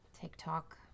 TikTok